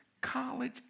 college